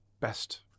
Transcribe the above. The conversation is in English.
best